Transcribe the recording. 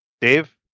Dave